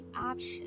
option